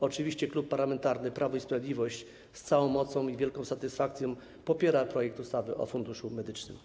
Oczywiście Klub Parlamentarny Prawo i Sprawiedliwość z całą mocą i wielką satysfakcją popiera projekt ustawy o Funduszu Medycznym.